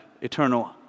eternal